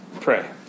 pray